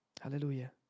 Hallelujah